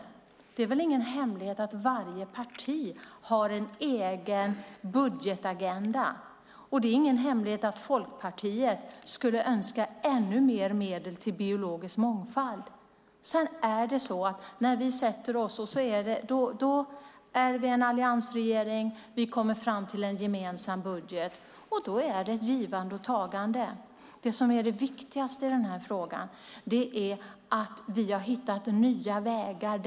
Det är väl ingen hemlighet att varje parti har en egen budgetagenda. Det är ingen hemlighet att Folkpartiet skulle önska ännu mer medel till biologisk mångfald. I alliansregeringen kommer vi fram till en gemensam budget. Då är det ett givande och tagande. Det viktigaste i frågan är att vi har hittat nya vägar.